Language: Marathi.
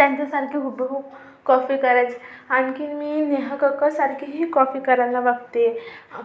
त्यांच्यासारखे हुबेहूब कॉफी कराय आणखीन मी नेहा कक्करसारखीही कॉपी करायला बघते